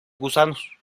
gusanos